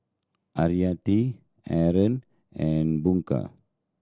Hayati Aaron and Bunga